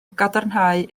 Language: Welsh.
gadarnhau